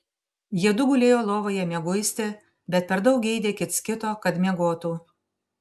jiedu gulėjo lovoje mieguisti bet per daug geidė kits kito kad miegotų